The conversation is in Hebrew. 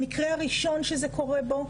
המקרה הראשון שזה קורה בו,